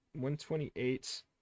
128